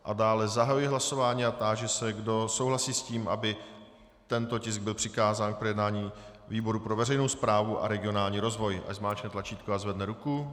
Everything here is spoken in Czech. A dále zahajuji hlasování a táži se, kdo souhlasí s tím, aby tento tisk byl přikázán k projednání výboru pro veřejnou správu a regionální rozvoj, ať zmáčkne tlačítko a zvedne ruku.